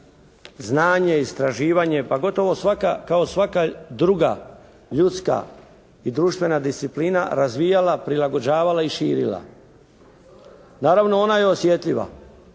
znanje, istraživanje pa gotovo svaka, kao svaka druga ljudska i društvena disciplina razvijala, prilagođavala i širila. Naravno ona je osjetljiva.